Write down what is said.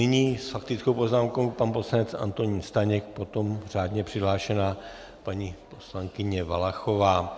Nyní s faktickou poznámkou pan poslanec Antonín Staněk, potom řádně přihlášená paní poslankyně Valachová.